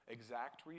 exact